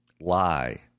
lie